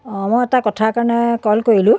অঁ মই এটা কথাৰ কাৰণে কল কৰিলোঁ